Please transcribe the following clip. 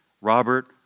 Robert